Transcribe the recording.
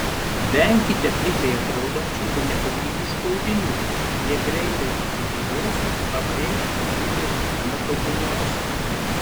venkite pigiai atrodančių ir nekokybiškų audinių jie greitai susidėvės pabrėš figūros netobulumus